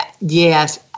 yes